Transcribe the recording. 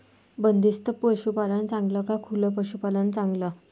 बंदिस्त पशूपालन चांगलं का खुलं पशूपालन चांगलं?